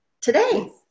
today